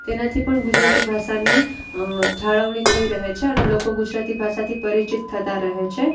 તેનાથી પણ ગુજરાતી ભાષાની જાળવણી થઈ રહે છે અને લોકો ગુજરાતી ભાષાથી પરિચિત થતાં રહે છે